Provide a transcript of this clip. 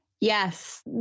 Yes